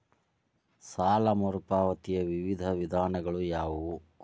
ಸಾಲ ಮರುಪಾವತಿಯ ವಿವಿಧ ವಿಧಾನಗಳು ಯಾವುವು?